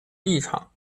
立场